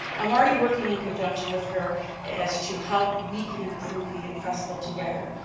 i'm already working in conjunction with her as to how we can improve the festival together.